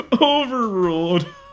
Overruled